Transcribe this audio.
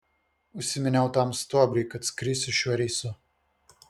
užsiminiau tam stuobriui kad skrisiu šiuo reisu